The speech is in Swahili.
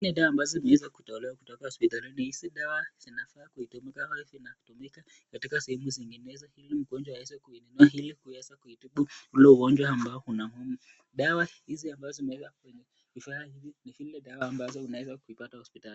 Hizi ni dawa ambazo zimeweza kutolewa kutoka hospitalini. Hizi dawa zinafaa kutumiaka au zinatumika katika sehemu zinginezo ili mgonjwa aweze kuinunua ili kuweza kuitibu ule ugonjwa ambao unamwuma. Dawa hizi ambazo zimeweza kuwekwa kwenye kifaa hii ni zile dawa ambazo unaweza kuipata hospitali.